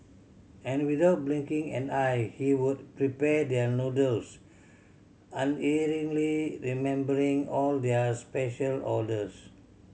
and without blinking an eye he would prepare their noodles unerringly remembering all their special orders